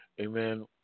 Amen